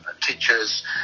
teachers